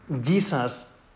Jesus